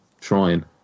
trying